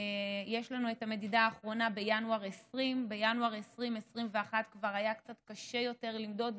יש לנו את המדידה האחרונה בינואר 2020. בינואר 2021 כבר היה קצת קשה יותר למדוד,